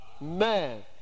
Man